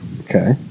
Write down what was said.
Okay